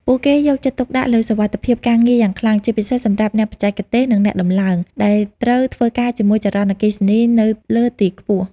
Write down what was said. ពួកគេយកចិត្តទុកដាក់លើសុវត្ថិភាពការងារយ៉ាងខ្លាំង ជាពិសេសសម្រាប់អ្នកបច្ចេកទេស និងអ្នកដំឡើង ដែលត្រូវធ្វើការជាមួយចរន្តអគ្គិសនីនៅលើទីខ្ពស់។